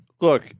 Look